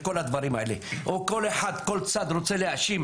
כל צד רוצה להאשים,